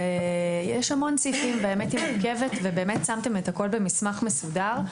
יש המון סעיפים, ושמתם את הכל במסמך מסודר.